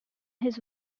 his